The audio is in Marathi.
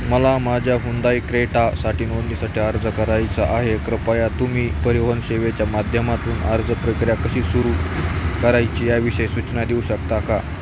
मला माझ्या हुंदाई क्रेटासाठी नोंदणीसाठी अर्ज करायचं आहे कृपया तुम्ही परिवहन सेवेच्या माध्यमातून अर्ज प्रक्रिया कशी सुरू करायची या विषयी सूचना देऊ शकता का